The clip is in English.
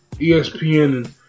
ESPN